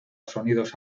sonidos